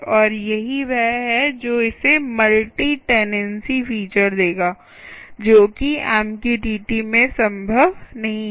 और यही वह है जो इसे मल्टी टेनेंसी फीचर देगा जो कि MQTT में संभव नहीं है